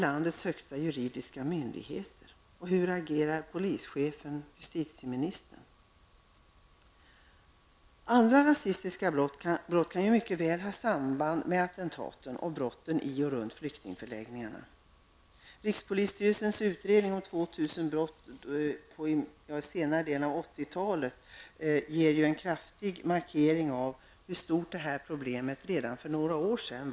Andra rasistiska brott kan ju mycket väl ha samband med attentaten och brotten i och runt flyktingförläggningarna. Rikspolisstyrelsens utredning av 2 000 brott under senare delen av 80 talet ger en kraftig markering av hur stort det här problemet var redan för några år sedan.